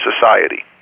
society